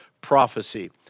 prophecy